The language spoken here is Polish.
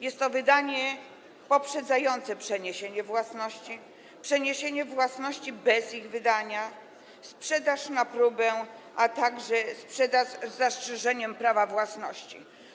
Jest to wydanie poprzedzające przeniesienie własności, przeniesienie własności bez wydania, sprzedaż na próbę, a także sprzedaż z zastrzeżeniem prawa własności.